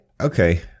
okay